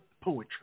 poetry